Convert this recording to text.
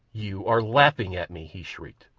you are laughing at me, he shrieked.